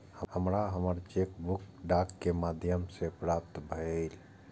हमरा हमर cheque book डाक के माध्यम से प्राप्त भईल